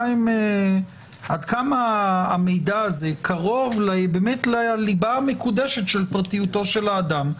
עד כמה המידע הזה קרוב לליבה המקודשת של פרטיותו של האדם?